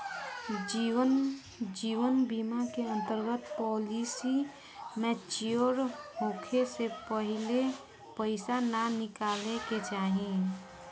जीवन बीमा के अंतर्गत पॉलिसी मैच्योर होखे से पहिले पईसा ना निकाले के चाही